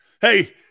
Hey